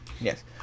Yes